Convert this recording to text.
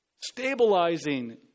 stabilizing